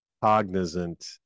cognizant